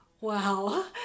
Wow